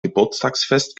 geburtstagsfest